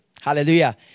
hallelujah